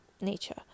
nature